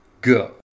go